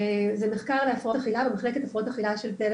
זה מחקר להפרעות אכילה במחלקת הפרעות אכילה של תל